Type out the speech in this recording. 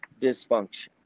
dysfunction